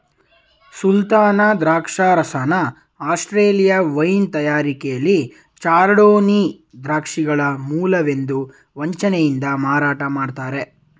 ಸುಲ್ತಾನ ದ್ರಾಕ್ಷರಸನ Australia wine ತಯಾರಿಕೆಲಿ chardonnay ದ್ರಾಕ್ಷಿಗಳ ಮೂಲವೆಂದು ವಂಚನೆಯಿಂದ ಮಾರಾಟ ಮಾಡ್ತರೆ